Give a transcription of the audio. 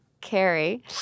Carrie